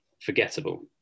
forgettable